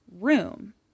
room